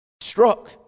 struck